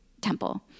temple